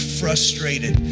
frustrated